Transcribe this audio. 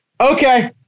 okay